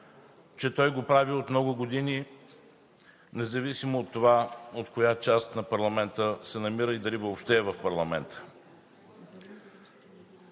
че той го прави от много години, независимо от това от коя част на парламента се намира и дали въобще е в парламента.